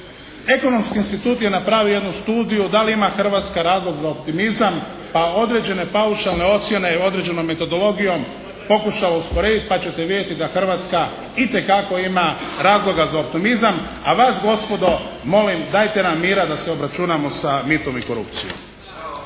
ekonomski institut je napravio jednu studiju da li ima Hrvatska razlog za optimizam pa određene paušalne ocjene i određenom metodologijom pokušao usporediti pa ćete vidjeti da Hrvatska itekako ima razloga za optimizam, a vas gospodo molim dajte nam mira da se obračunamo sa mitom i korupcijom.